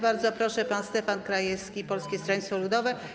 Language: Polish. Bardzo proszę, pan poseł Stefan Krajewski, Polskie Stronnictwo Ludowe.